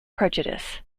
prejudice